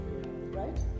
right